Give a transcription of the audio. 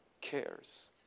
cares